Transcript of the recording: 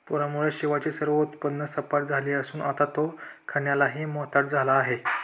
पूरामुळे शिवाचे सर्व उत्पन्न सपाट झाले असून आता तो खाण्यालाही मोताद झाला आहे